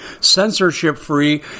censorship-free